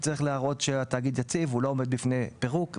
הוא יצטרך להראות שהתאגיד יציב ולא עומד בפני פירוק,